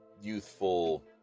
youthful